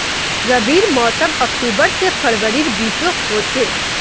रविर मोसम अक्टूबर से फरवरीर बिचोत होचे